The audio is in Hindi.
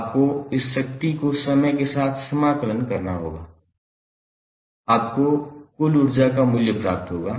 आपको इस शक्ति को समय के साथ समाकलन करना होगा आपको कुल ऊर्जा का मूल्य प्राप्त होगा